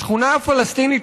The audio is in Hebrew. השכונה הפלסטינית,